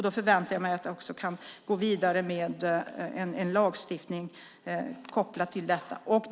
Då förväntar jag mig att vi också kan gå vidare med en lagstiftning kopplad till detta.